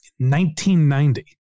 1990